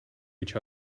each